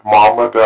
Mama